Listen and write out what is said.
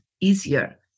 easier